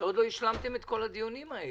שעוד לא השלמתם את כל הדיונים האלה,